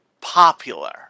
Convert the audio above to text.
popular